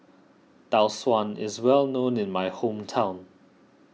Tau Suan is well known in my hometown